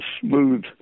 smooth